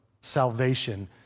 salvation